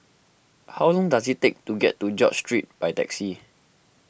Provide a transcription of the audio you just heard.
how long does it take to get to George Street by taxi